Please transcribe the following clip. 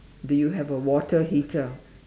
do you have a water heater